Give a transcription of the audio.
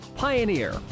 Pioneer